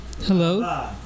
Hello